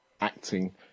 acting